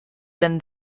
than